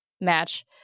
match